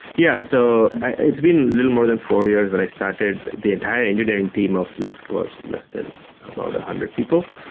yeah. so it's been a little more than four years when i started, the entire engineering team of lyft was less than about a hundred people.